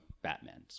batman